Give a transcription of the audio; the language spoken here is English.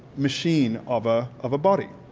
machine of ah of a body.